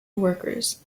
workers